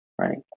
right